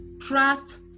Trust